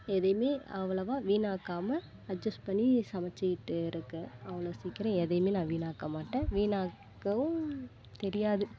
எதையுமே அவ்வளவா வீணாக்காமல் அட்ஜெஸ்ட் பண்ணி சமைச்சுக்கிட்டு இருக்கேன் அவ்வளோ சீக்கிரம் எதையுமே நான் வீணாக்க மாட்டேன் வீணாக்கவும் தெரியாது